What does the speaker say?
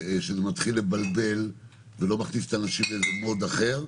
שזה מתחיל לבלבל ולא מכניס את האנשים לאיזה mode אחר.